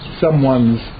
someone's